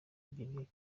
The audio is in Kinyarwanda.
ebyiri